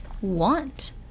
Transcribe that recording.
want